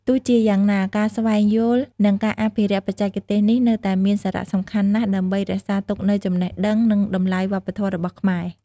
ទោះជាយ៉ាងណា ការស្វែងយល់ និងការអភិរក្សបច្ចេកទេសនេះនៅតែមានសារៈសំខាន់ ណាស់ដើម្បី រក្សាទុកនូវចំណេះដឹង និងតម្លៃវប្បធម៌របស់ខ្មែរ។